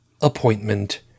appointment